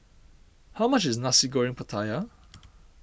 how much is Nasi Goreng Pattaya